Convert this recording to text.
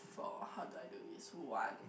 for how do I do is one